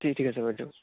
ঠি ঠিক আছে বাৰু দিয়ক